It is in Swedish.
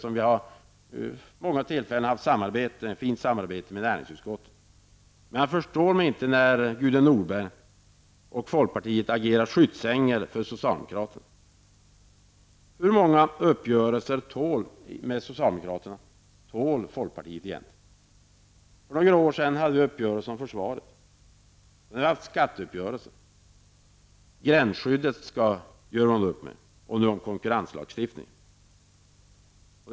Och vi har vid många tillfällen haft ett fint samarbete i näringsutskottet. Men jag förstår inte när Gudrun Norberg och folkpartiet agerar skyddsängel för socialdemokraterna. Hur många uppgörelser med socialdemokraterna tål folkpartiet egentligen? För några år sedan hade ni en uppgörelse om försvaret. Nu har ni haft en skatteuppgörelse. Gränsskyddet skall folkpartiet göra upp med socialdemokraterna om och även om konkurrenslagstiftningen.